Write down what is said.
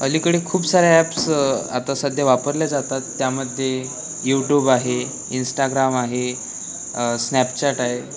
अलीकडे खूप साऱ्या ॲप्स आता सध्या वापरल्या जातात त्यामध्ये यूटूब आहे इंस्टाग्राम आहे स्नॅपचॅट आहे